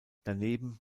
daneben